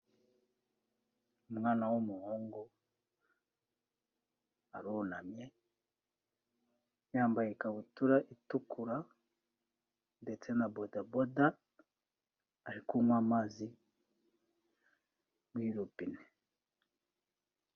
Umwana w'umuhungu, arunamye yambaye ikabutura itukura ndetse na bodaboda, ari kunywa amazi muri robine.